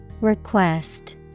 Request